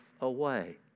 away